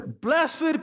Blessed